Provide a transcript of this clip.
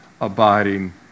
abiding